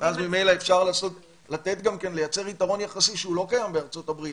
ואז ממילא אפשר לייצר יתרון יחסי שלא קיים בארצות הברית,